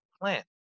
plant